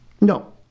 No